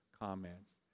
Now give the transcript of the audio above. comments